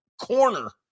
corner